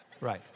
Right